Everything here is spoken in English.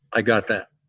i got that.